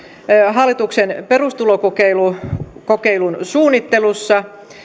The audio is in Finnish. hallituksen perustulokokeilun suunnittelussa